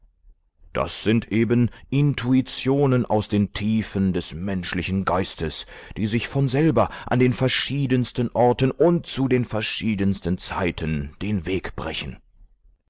das sind eben intuitionen aus den tiefen des menschlichen geistes die sich von selber an den verschiedensten orten und zu den verschiedensten zeiten den weg brechen